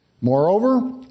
Moreover